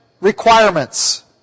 requirements